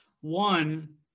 One